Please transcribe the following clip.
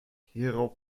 hierauf